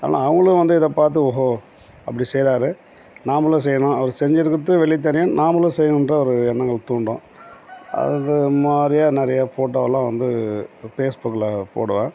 ஆனால் அவங்களும் வந்து இதை பார்த்து ஓஹோ அப்படி செய்கிறாரு நாமளும் செய்யணும் அவர் செஞ்சுருக்கறது வெளியே தெரியும் நாமளும் செய்யணுன்ற ஒரு எண்ணங்கள் தூண்டும் அது மாதிரியா நிறைய ஃபோட்டோவெலாம் வந்து பேஸ் புக்கில் போடுவேன்